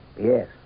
Yes